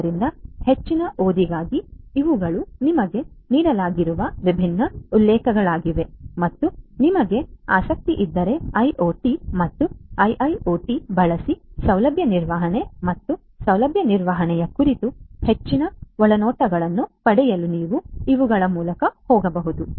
ಆದ್ದರಿಂದ ಹೆಚ್ಚಿನ ಓದಿಗಾಗಿ ಇವುಗಳು ನಿಮಗೆ ನೀಡಲಾಗಿರುವ ವಿಭಿನ್ನ ಉಲ್ಲೇಖಗಳಾಗಿವೆ ಮತ್ತು ನಿಮಗೆ ಆಸಕ್ತಿಯಿದ್ದರೆ ಐಒಟಿ ಮತ್ತು ಐಐಒಟಿ ಬಳಸಿ ಸೌಲಭ್ಯ ನಿರ್ವಹಣೆ ಮತ್ತು ಸೌಲಭ್ಯ ನಿರ್ವಹಣೆಯ ಕುರಿತು ಹೆಚ್ಚಿನ ಒಳನೋಟಗಳನ್ನು ಪಡೆಯಲು ನೀವು ಇವುಗಳ ಮೂಲಕ ಹೋಗಬಹುದು